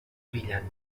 brillant